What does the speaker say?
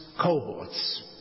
cohorts